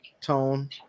tone